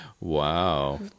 wow